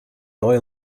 oil